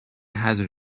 hazard